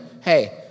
hey